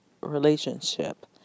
relationship